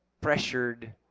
pressured